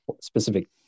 specific